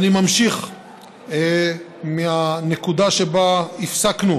אני ממשיך מהנקודה שבה הפסקנו.